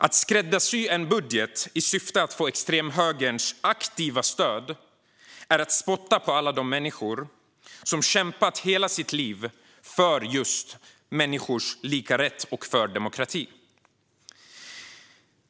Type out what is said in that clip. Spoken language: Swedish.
Att skräddarsy en budget i syfte att få extremhögerns aktiva stöd är att spotta på alla de människor som kämpat hela sitt liv för just människors lika rätt och för demokratin.